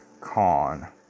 con